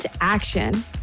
action